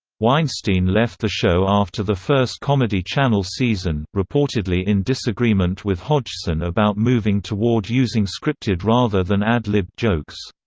weinstein left the show after the first comedy channel season, reportedly in disagreement with hodgson about moving toward using scripted rather than ad-libbed jokes.